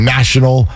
National